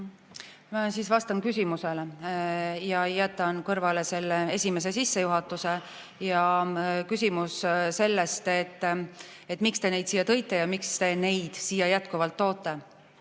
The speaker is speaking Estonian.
Ma vastan küsimusele ja jätan kõrvale sissejuhatuse ja küsimuse selle kohta, miks te neid siia tõite ja miks te neid siia jätkuvalt toote.